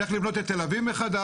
צריך לבנות את תל אביב מחדש,